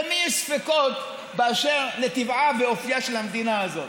למי יש ספקות באשר לטבעה ואופייה של המדינה הזאת?